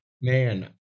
man